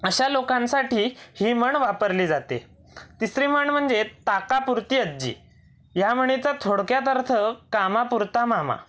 अशा लोकांसाठी ही म्हण वापरली जाते तिसरी म्हण म्हणजे ताकापुरती आजी या म्हणीचा थोडक्यात अर्थ कामापुरता मामा